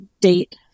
date